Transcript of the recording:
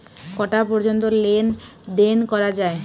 কটা পর্যন্ত লেন দেন করা য়ায়?